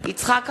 יצחק אהרונוביץ,